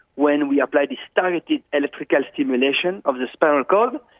when we apply this targeted electrical stimulation of the spinal cord,